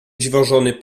dziwożony